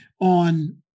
on